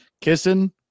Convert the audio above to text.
Kissing